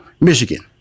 Michigan